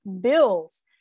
bills